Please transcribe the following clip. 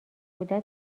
بودن